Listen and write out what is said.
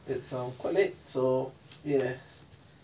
it's a colleague so ya